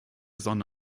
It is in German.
sonne